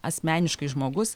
asmeniškai žmogus